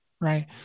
right